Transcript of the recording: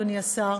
אדוני השר,